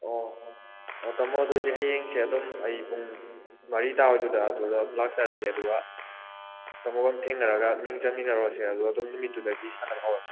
ꯑꯣ ꯑꯣ ꯇꯥꯃꯣ ꯑꯗꯨꯑꯣꯏꯗꯤ ꯍꯌꯦꯡꯁꯦ ꯑꯗꯨꯝ ꯑꯩ ꯄꯨꯡ ꯃꯔꯤ ꯇꯥꯕꯩꯗꯨꯗ ꯑꯗꯨꯗ ꯑꯗꯨꯝ ꯂꯥꯛꯆꯔꯒꯦ ꯑꯗꯨꯒ ꯇꯥꯃꯣꯒ ꯑꯗꯨꯝ ꯊꯦꯡꯅꯔꯒ ꯃꯤꯡ ꯆꯟꯃꯤꯟꯅꯔꯨꯔꯁꯦ ꯑꯗꯨꯒ ꯅꯨꯃꯤꯠꯇꯨꯗꯒꯤ ꯁꯥꯟꯅꯕ ꯍꯧꯔꯁꯦ